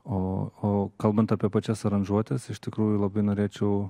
o kalbant apie pačias aranžuotes iš tikrųjų labai norėčiau